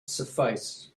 suffice